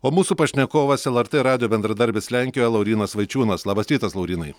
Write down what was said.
o mūsų pašnekovas lrt radijo bendradarbis lenkijoje laurynas vaičiūnas labas rytas laurynai